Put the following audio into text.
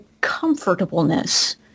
comfortableness